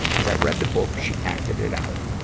as i read the book, she acted it out.